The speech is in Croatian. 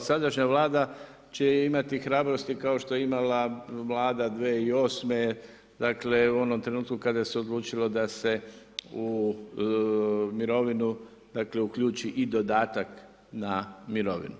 sadašnja Vlada će imati hrabrosti kao što je imala Vlada 2008., dakle u onom trenutku kada se odlučilo da se u mirovinu uključi i dodatak na mirovinu